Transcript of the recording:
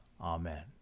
Amen